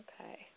Okay